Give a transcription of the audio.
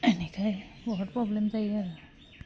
बेनिखाय बहुद प्रब्लेम जायो आरो